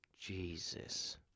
Jesus